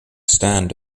stand